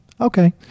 okay